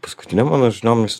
paskutiniom mano žiniom jis